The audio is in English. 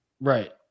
Right